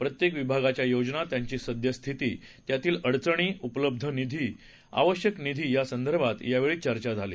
प्रत्येक विभागाच्या योजना त्याची सद्यस्थिती त्यातील अडचणी उपलब्ध निधी आवश्यक निधी या संदर्भात यावेळी चर्चा झाली